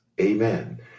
Amen